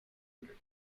under